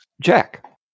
Jack